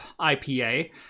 IPA